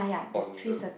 on the